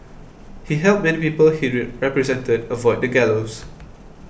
he helped many people he represented avoid the gallows